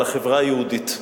על החברה היהודית.